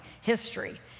history